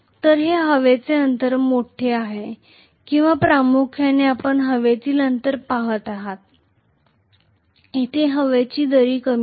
तर हे हवेचे अंतर मोठे आहे किंवा प्रामुख्याने आपण हवेतील अंतर पाहत आहोत येथे हवेची दरी कमी आहे